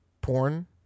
porn